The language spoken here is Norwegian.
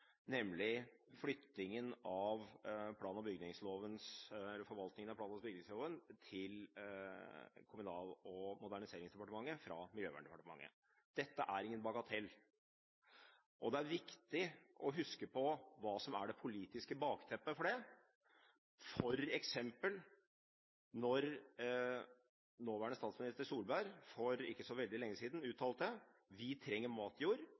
nemlig flyttingen av forvaltningen av plan- og bygningsloven til Kommunal- og moderniseringsdepartementet fra Miljøverndepartementet. Dette er ingen bagatell. Og det er viktig å huske på hva som er det politiske bakteppet for dette. For eksempel når nåværende statsminister Solberg for ikke så veldig lenge siden uttalte: «Vi trenger matjord,